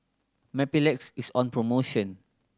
Mepilex is on promotion